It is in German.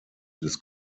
des